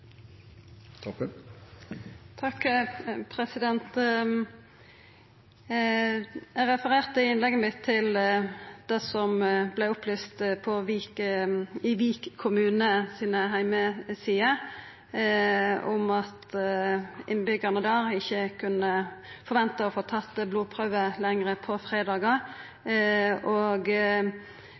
refererte i innlegget mitt til det som vart opplyst på heimesidene til Vik kommune, om at innbyggjarane ikkje lenger kunne forventa å få tatt blodprøve på